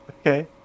Okay